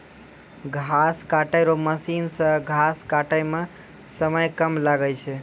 घास काटै रो मशीन से घास काटै मे समय कम लागै छै